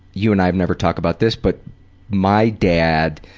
you and i never talk about this, but my dad